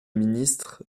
ministre